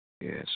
Yes